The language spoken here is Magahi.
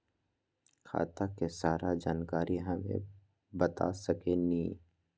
खाता के सारा जानकारी हमे बता सकेनी?